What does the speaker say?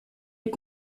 est